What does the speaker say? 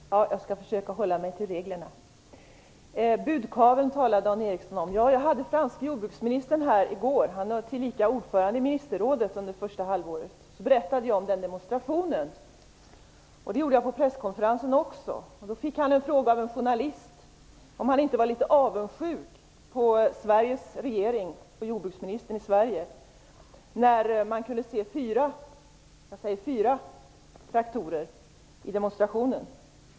Fru talman! Jag skall försöka hålla mig till reglerna. Dan Ericsson talade om budkavlen. jag hade den franske jordbruksministern här i går. Han var tillika ordförande i ministerrådet under första halvåret. Jag berättade då om demonstrationen. Det gjorde jag på presskonferensen också. Då fick han en fråga av en journalist, om han inte var litet avundsjuk på Sveriges jordbruksminister, när det bara var fyra traktorer i demonstrationen.